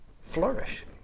flourish